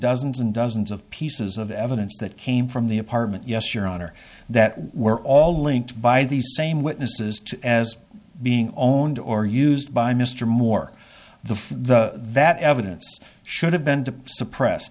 dozens and dozens of pieces of evidence that came from the apartment yes your honor that were all linked by these same witnesses as being owned or used by mr moore the the that evidence should have been suppressed